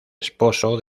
esposo